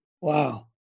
Wow